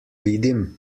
vidim